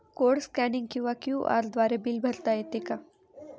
Code scanning किंवा QR द्वारे bill भरता येते का?